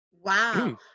Wow